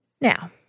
Now